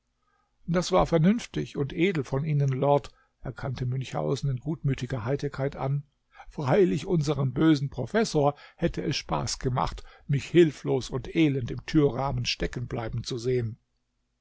das war vernünftig und edel von ihnen lord erkannte münchhausen in gutmütiger heiterkeit an freilich unserm bösen professor hätte es spaß gemacht mich hilflos und elend im türrahmen stecken bleiben zu sehen